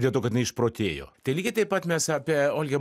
dėl to kad jinai išprotėjo tai lygiai taip pat mes apie olgą